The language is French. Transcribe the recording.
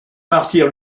martyrs